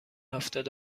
هفتاد